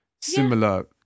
similar